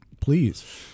Please